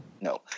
No